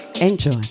Enjoy